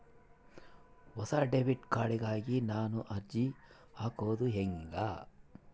ಹೊಸ debit card ಗಾಗಿ ನಾನು ಅರ್ಜಿ ಹಾಕೊದು ಹೆಂಗ?